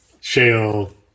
shale